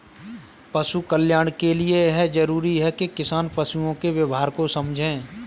पशु कल्याण के लिए यह जरूरी है कि किसान पशुओं के व्यवहार को समझे